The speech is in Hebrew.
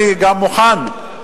אני גם מוכן,